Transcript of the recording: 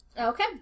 Okay